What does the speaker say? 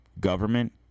Government